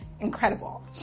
incredible